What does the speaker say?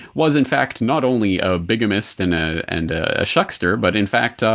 was in fact, not only a bigamist and ah and a huckster, but, in fact,